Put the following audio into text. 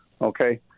okay